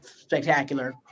spectacular